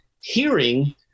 hearing